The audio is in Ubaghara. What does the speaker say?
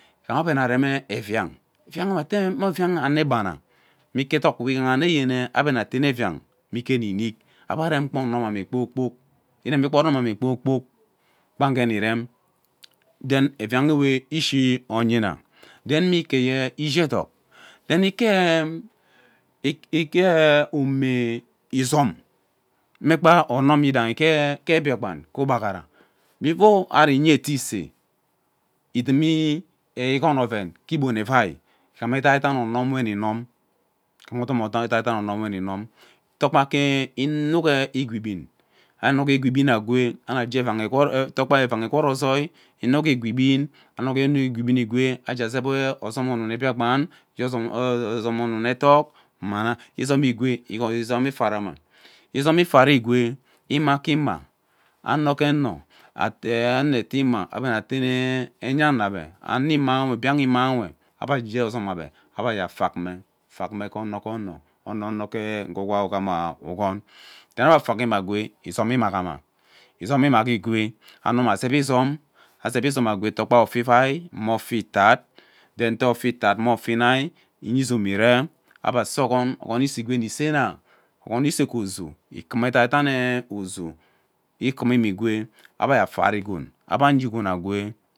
Eviang ebe ate mme eviang ano bana mme ike edok we ebe ana tene eviang me ike nni nik ebe ram gba onume kpoo kpok iremi gba onum kpoor kpok kpang nge nne irem then eviangwe ishi onyina then mme ikeye ishi edok then ikeem ikem omo izom mme kpa onum yidahi ke Biakpan ke ugbaghara before ari yia ete ise idim igou oven gee igbon evain igham edaidan onum we ini nun adaidan onium we ini nun to gba gee inuk ew igwaa igbin ah iniwi igwaa igbin agwee togba evang egwood ozoi inuke igwaa igbin anuki agwaa igbin egwee agee zep ozom onum ee Biakpan ozom edok izeri egwee izom ifara ma izom ifara egwee gee ima gee ima ano gee eno ee. Ano ete ima atene enya ebe ano imawe biang ime we ebe gee gee ozom ebe, ebe agee afak mme, afak mme ke ono ke ono, ono ono egee ugwa ughanra igon then ebe afakme agwee izom imaghama izom immagha egwee ano awa zep izomm ezivi izom agwee togba ofe ivai mma ofe itat then too ofe itat mme ofe inihi iya izom iree ebe see ogon, ogon ese gwee nisena ogon ese gee ozoo ini ikim edaidan ee ozoo ikimime igwee ebe gee afat igon agwee.